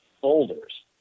folders